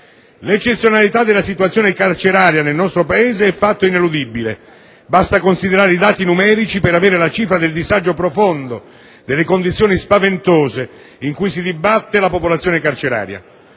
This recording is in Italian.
L'eccezionalità della situazione carceraria nel nostro Paese è fatto ineludibile. Basta considerare i dati numerici per avere la cifra del disagio profondo, delle condizioni spaventose in cui si dibatte la popolazione carceraria.